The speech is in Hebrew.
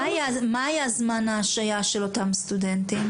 מה היה זמן השעיה של אותם סטודנטים?